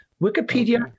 Wikipedia